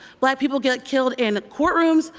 black people get killed in courtrooms.